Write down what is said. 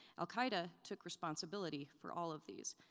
al qaeda took responsibility for all of these.